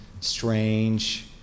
strange